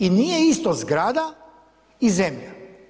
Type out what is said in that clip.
I nije isto zgrada i zemlja.